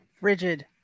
Rigid